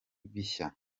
bishya